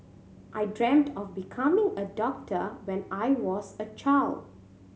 I dreamt of becoming a doctor when I was a child